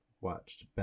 watched